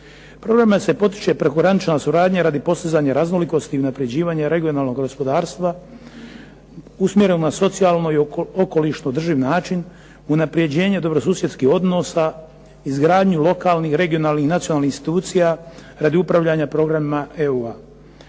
Programom se potiče prekogranična suradnja radi postizanja raznolikosti i unapređivanja regionalnog gospodarstva usmjerenu na socijalno i okolišno održiv način, unapređenje dobrosusjedskih odnosa, izgradnju lokalnih, regionalnih i nacionalnih institucija radi upravljanja programima EU-a.